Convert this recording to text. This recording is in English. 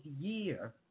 year